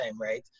right